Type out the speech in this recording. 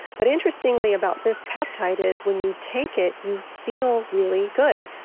but interestingly about this peptide is when you take it, you feel really good.